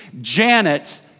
Janet